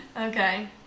okay